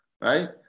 right